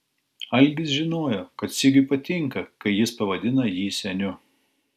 algis žinojo kad sigiui patinka kai jis pavadina jį seniu